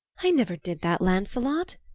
i never did that, lancelot!